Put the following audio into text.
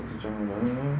不是叫他来了 lor